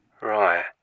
Right